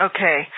Okay